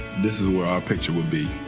this is where our picture will be.